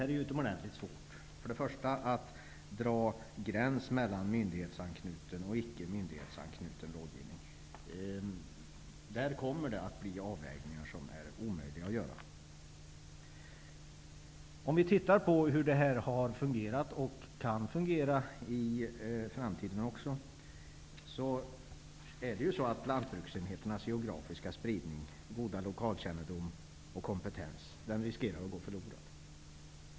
Det är utomordentligt svårt att dra en gräns mellan myndighetsanknuten och icke myndighetsanknuten rådgivning. Där kommer det att bli avvägningar som är omöjliga att göra. Om vi tittar på hur det har fungerat och hur det kan fungera i framtiden också, är det uppenbart att lantbruksenheternas geografiska spridning, goda lokalkännedom och kompetens riskerar att gå förlorad.